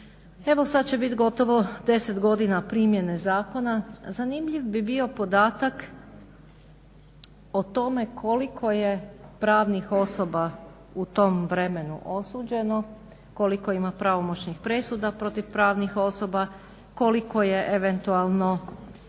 Evo sad će bit gotovo 10 godina primjene zakona. Zanimljiv bi bio podatak o tome koliko je pravnih osoba u tom vremenu osuđeno, koliko ima pravomoćnih presuda protiv pravnih osoba, koliko je eventualno